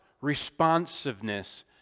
responsiveness